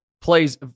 plays